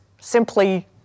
simply